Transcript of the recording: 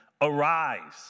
arise